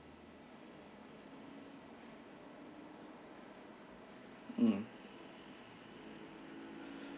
mm